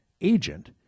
agent